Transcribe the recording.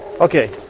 Okay